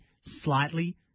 slightly